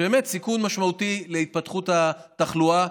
באמת סיכון משמעותי להתפתחות התחלואה,